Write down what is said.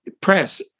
press